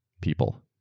people